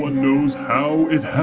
one knows how it